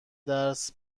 درس